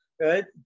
good